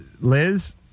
Liz